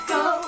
go